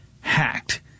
hacked